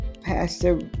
Pastor